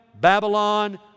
Babylon